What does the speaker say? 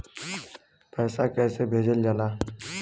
पैसा कैसे भेजल जाला?